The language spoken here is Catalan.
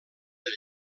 del